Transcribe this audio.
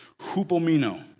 hupomino